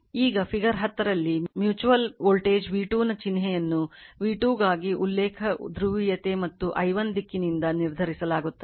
ಈಗ ಫಿಗರ್ 10 ರಲ್ಲಿ mutual voltage v2 ನ ಚಿಹ್ನೆಯನ್ನು v2 ಗಾಗಿ ಉಲ್ಲೇಖ ಧ್ರುವೀಯತೆ ಮತ್ತು i1 ದಿಕ್ಕಿನಿಂದ ನಿರ್ಧರಿಸಲಾಗುತ್ತದೆ